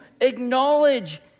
acknowledge